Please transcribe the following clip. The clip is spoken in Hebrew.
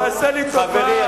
חברי,